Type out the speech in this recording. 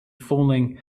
falling